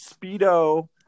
speedo